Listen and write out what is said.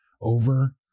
over